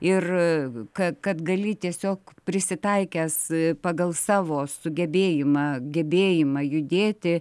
ir ką kad gali tiesiog prisitaikęs pagal savo sugebėjimą gebėjimą judėti